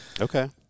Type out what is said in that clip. okay